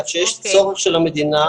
כך שיש צורך של המדינה,